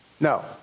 No